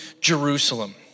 Jerusalem